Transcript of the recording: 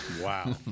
Wow